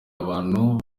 abantu